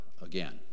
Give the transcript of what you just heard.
again